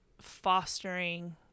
fostering